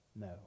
no